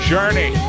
Journey